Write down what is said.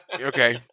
Okay